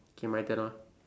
K my turn ah